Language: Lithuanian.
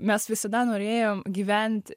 mes visada norėjom gyvent